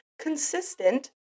consistent